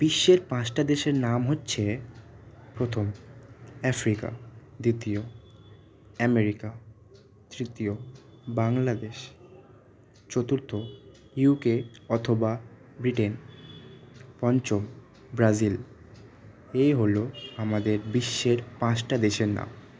বিশ্বের পাঁচটা দেশের নাম হচ্ছে প্রথম আফ্রিকা দ্বিতীয় আমেরিকা তৃতীয় বাংলাদেশ চতুর্থ ইউকে অথবা ব্রিটেন পঞ্চম ব্রাজিল এ হল আমাদের বিশ্বের পাঁচটা দেশের নাম